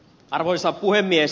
arvoisa puhemies